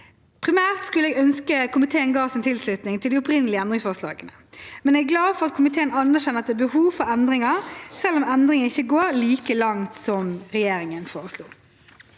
Primært skulle jeg ønske komiteen ga sin tilslutning til de opprinnelige endringsforslagene, men jeg er glad for at komiteen anerkjenner at det er behov for endringer, selv om endringene ikke går like langt som regjeringen foreslo.